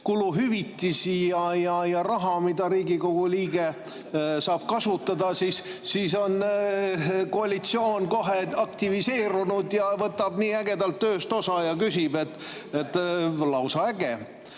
kuluhüvitisi ja raha, mida Riigikogu liige saab kasutada, on koalitsioon kohe aktiviseerunud ja võtab nii ägedalt tööst osa ja küsib. Lausa äge! Aga